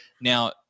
Now